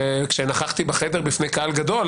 שכשנכחתי בחדר בפני קהל גדול,